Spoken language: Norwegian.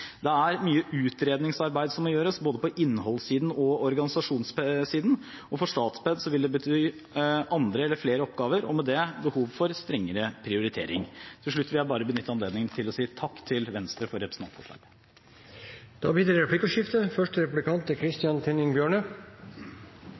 Det er mye utredningsarbeid som må gjøres, både på innholdssiden og på organisasjonssiden, og for Statped vil det bety andre eller flere oppgaver – og med det behov for strengere prioritering. Til slutt vil jeg bare benytte anledningen til å si takk til Venstre for representantforslaget. Det blir replikkordskifte.